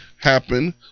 happen